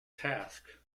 task